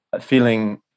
feeling